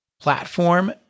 platform